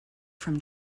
from